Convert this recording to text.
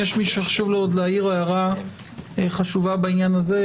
אם יש עוד מישהו שחשוב לו להעיר הערה חשובה בעניין הזה,